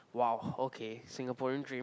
!wow! okay Singaporean dream